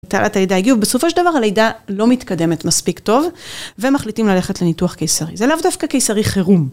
תעלת הלידה הגיעו, בסופו של דבר הלידה לא מתקדמת מספיק טוב ומחליטים ללכת לניתוח קיסרי, זה לאו דווקא קיסרי חירום.